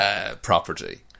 property